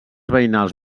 veïnals